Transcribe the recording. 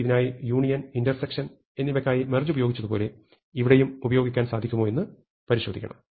ഇതിനായി union intersection എന്നിവക്കായി merge ഉപയോഗിച്ചതുപോലെ ഇവിടെയും ഉപയോഗിക്കാൻ സാധിക്കുമോ എന്ന് പരിശോധിക്കണം